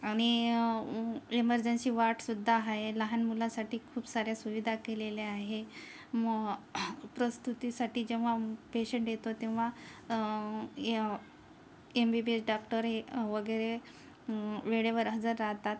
आणि एमर्जन्सी वॉर्डसुद्धा आहे लहान मुलासाठी खूप साऱ्या सुविधा केलेल्या आहे मो प्रस्तुतीसाठी जेव्हा पेशंट येतो तेव्हा M M B B S डॉक्टरही वगैरे वेळेवर हजर राहतात